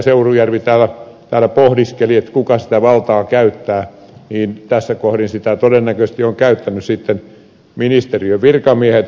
seurujärvi täällä pohdiskeli kuka sitä valtaa käyttää niin tässä kohdin sitä todennäköisesti ovat käyttäneet sitten ministeriön virkamiehet